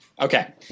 Okay